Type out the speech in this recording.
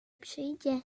przyjdzie